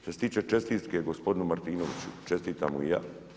Što se tiče čestitke gospodinu Martinoviću, čestitam mu i ja.